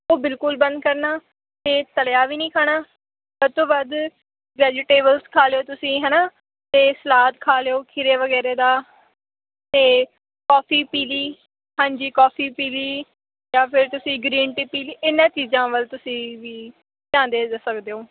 ਉਹ ਬਿਲਕੁਲ ਬੰਦ ਕਰਨਾ ਅਤੇ ਤਲਿਆ ਵੀ ਨਹੀਂ ਖਾਣਾ ਸਭ ਤੋਂ ਵੱਧ ਵੈਜੀਟੇਬਲਸ ਖਾ ਲਿਓ ਤੁਸੀਂ ਹੈ ਨਾ ਅਤੇ ਸਲਾਦ ਖਾ ਲਿਓ ਖੀਰੇ ਵਗੈਰਾ ਦਾ ਅਤੇ ਕਾਫੀ ਪੀ ਲਈ ਹਾਂਜੀ ਕਾਫੀ ਪੀ ਲਈ ਜਾਂ ਫਿਰ ਤੁਸੀਂ ਗ੍ਰੀਨ ਟੀ ਪੀ ਲਈ ਇਹਨਾਂ ਚੀਜ਼ਾਂ ਵੱਲ ਤੁਸੀਂ ਵੀ ਧਿਆਨ ਦੇ ਸਕਦੇ ਹੋ